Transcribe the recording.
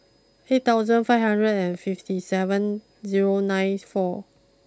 eight thousand five hundred and fifty seven zero nine four